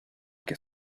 que